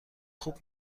خوب